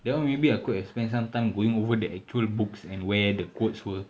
that [one] maybe I could have spent some time going over the actual books and where the quotes were